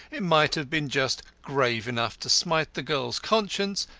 it might have been just grave enough to smite the girl's conscience,